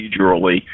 procedurally